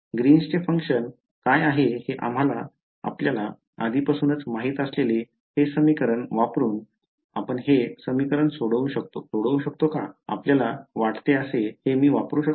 ग्रीनचे कार्य काय आहे हे आम्हाला आधीपासूनच माहित असलेले हे समीकरण वापरून आपण हे समीकरण सोडवू शकतो काय आपल्याला वाटते असे हे मी वापरू शकतो